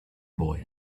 boy